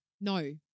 No